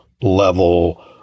level